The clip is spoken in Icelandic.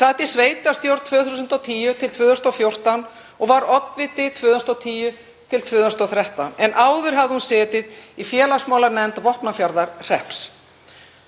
sat í sveitarstjórn 2010–2014 og var oddviti 2010–2013, en áður hafði hún setið í félagsmálanefnd Vopnafjarðarhrepps.